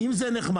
אם זה נחמד,